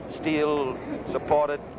steel-supported